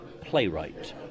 playwright